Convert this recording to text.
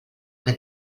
que